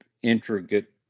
intricate